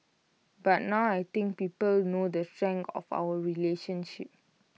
but now I think people know the strength of our relationship